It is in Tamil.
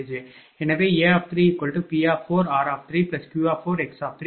எனவே A3P4r3Q4x3 0